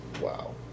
Wow